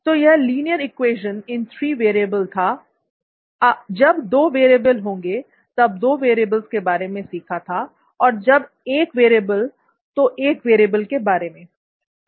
तो यह linear equation in three variable था जब दो वेरिएबल होते हैं तब दो वैरियेबल्स के बारे में सीखा था और जब एक वेरिएबल तो एक वेरिएबल के बारे में